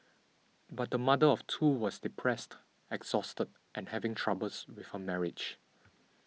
but the mother of two was depressed exhausted and having troubles with her marriage